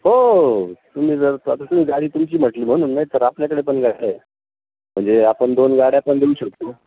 हो हो तुम्ही जर स्वतःची गाडी तुमची म्हटली म्हणून नाही तर आपल्याकडे पण गाडी आहे म्हणजे आपण दोन गाड्या पण देऊ शकतो